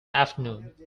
afternoon